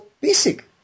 basic